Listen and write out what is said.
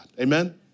Amen